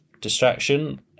distraction